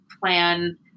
plan